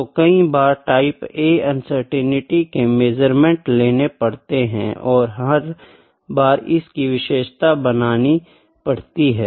तो कई बार टाइप A अनसर्टेनिटी के मेज़रमेंट लेन पड़ता है और हर बार इसकी विशेषताएँ बनानी पड़ती है